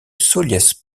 solliès